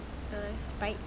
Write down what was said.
uh spike